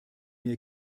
mir